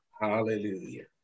Hallelujah